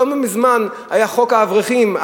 לא מזמן היה חוק האברכים.